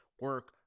Work